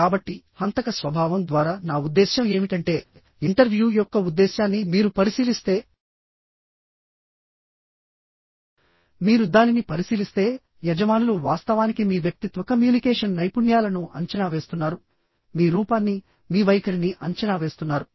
కాబట్టిహంతక స్వభావం ద్వారా నా ఉద్దేశ్యం ఏమిటంటే ఇంటర్వ్యూ యొక్క ఉద్దేశ్యాన్ని మీరు పరిశీలిస్తే మీరు దానిని పరిశీలిస్తే యజమానులు వాస్తవానికి మీ వ్యక్తిత్వ కమ్యూనికేషన్ నైపుణ్యాలను అంచనా వేస్తున్నారుమీ రూపాన్ని మీ వైఖరిని అంచనా వేస్తున్నారు